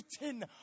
written